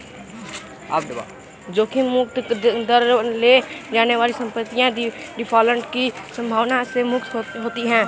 जोखिम मुक्त दर ले जाने वाली संपत्तियाँ डिफ़ॉल्ट की संभावना से मुक्त होती हैं